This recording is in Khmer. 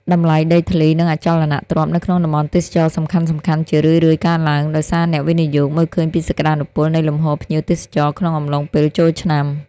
តម្លៃដីធ្លី និងអចលនទ្រព្យនៅក្នុងតំបន់ទេសចរណ៍សំខាន់ៗជារឿយៗកើនឡើង ដោយសារអ្នកវិនិយោគមើលឃើញពីសក្តានុពលនៃលំហូរភ្ញៀវទេសចរក្នុងអំឡុងពេលចូលឆ្នាំ។